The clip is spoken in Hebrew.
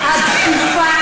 התקיפה